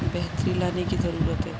بہتری لانے کی ضرورت ہے